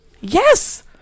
Yes